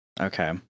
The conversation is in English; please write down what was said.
Okay